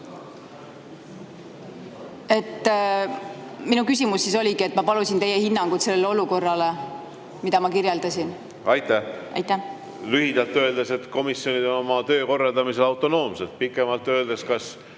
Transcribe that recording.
Minu küsimus oligi, et ma palun teie hinnangut sellele olukorrale, mida ma kirjeldasin. Aitäh! Lühidalt öeldes, komisjonid on oma töö korraldamisel autonoomsed. Pikemalt öeldes, kas